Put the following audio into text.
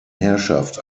herrschaft